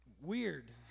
weird